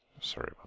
Sorry